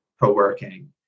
co-working